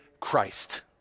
Christ